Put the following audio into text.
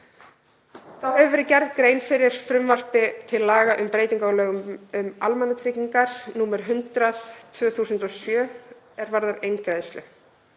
Þá hefur verið gerð grein fyrir frumvarpi til laga um breytingu á lögum um almannatryggingar, nr. 100/2007, er varðar eingreiðslu.